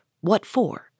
what-for